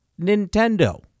Nintendo